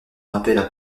rappellent